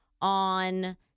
on